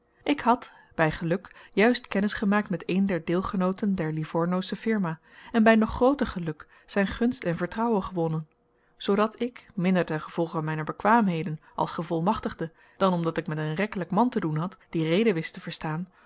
ik had hij geluk juist kennis gemaakt met een der deelgenooten der livornoosche firma en bij nog grooter geluk zijn gunst en vertrouwen gewonnen zoodat ik minder ten gevolge mijner bekwaamheden als gevolmachtigde dan omdat ik met een rekkelijk man te doen had die rede wist te verstaan